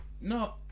No